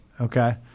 Okay